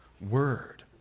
word